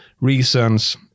reasons